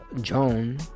Joan